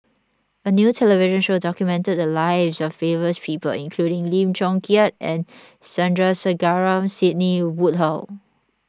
a new television show documented the lives of favors people including Lim Chong Keat and Sandrasegaran Sidney Woodhull